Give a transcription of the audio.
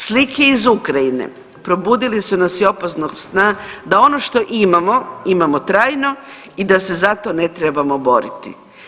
Slike iz Ukrajine probudili su nas iz opasnog sna da ono što imamo, imamo trajno i da se zato ne trebamo boriti.